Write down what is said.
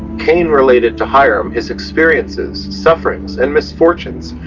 cain related to hiram his experiences, sufferings, and misfortunes,